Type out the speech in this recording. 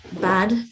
bad